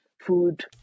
food